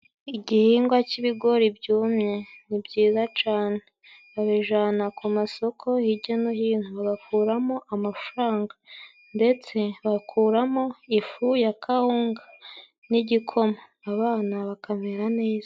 Igihingwa c'ibigori byumye ni byiza cane babijana ku masoko, hirya no hino bakuramo amafaranga ndetse bakuramo ifu ya Kawunga n'igikoma abana bakamera neza.